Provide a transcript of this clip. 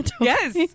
yes